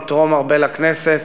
תתרום הרבה לכנסת.